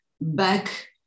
back